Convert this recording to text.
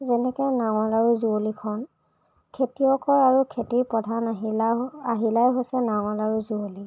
যেনেকে নাঙল আৰু যুঁৱলিখন খেতিয়কৰ আৰু খেতিৰ প্ৰধান আহিলা আহিলাই হৈছে নাঙল আৰু যুঁৱলি